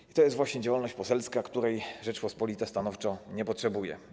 I to jest właśnie działalność poselska, której Rzeczpospolita stanowczo nie potrzebuje.